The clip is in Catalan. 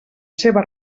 seva